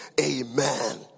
amen